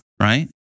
right